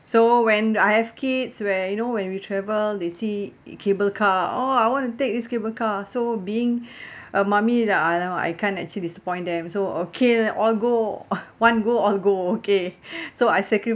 so when I have kids where you know when you travel they see cable car orh I want to take this cable car so being a mummy that I know I can't actually disappoint them so okay all go one go all go okay so I sacrifice